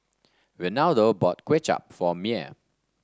Renaldo bought Kuay Chap for Myer